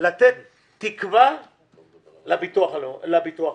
לתת תקווה לביטוח הלאומי.